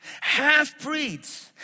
Half-breeds